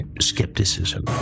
skepticism